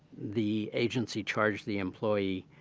the agency charges the employee